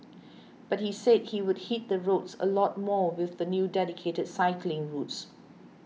but he said he would hit the roads a lot more with the new dedicated cycling routes